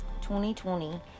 2020